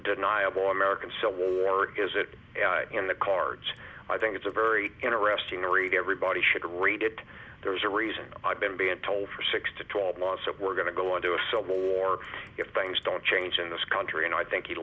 deniable american civil war is it in the cards i think it's a very interesting read everybody should read it there's a reason i've been being told for six to twelve months of we're going to go into a civil war if things don't change in this country and i think he